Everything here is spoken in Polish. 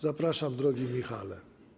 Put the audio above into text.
Zapraszam, drogi Michale.